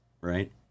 Right